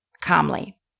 calmly